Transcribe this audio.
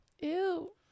Ew